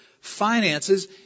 finances